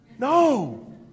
No